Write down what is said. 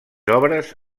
obres